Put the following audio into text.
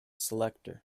selector